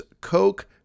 Coke